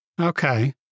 Okay